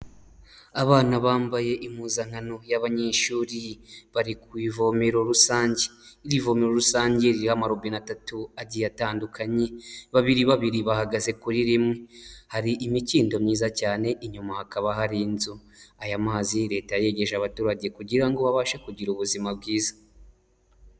Abana bambaye impuzankano y'abanyeshuri, bari ku ivomero rusange, iri vomero rusange ririho amarobine atatatu agiye atandukanye, babiri babiri bahagaze kuri rimwe, hari imikindo myiza cyane, inyuma hakaba hari inzu, aya mazi leta yayegeje abaturage kugira ngo babashe kugira ubuzima bwiza.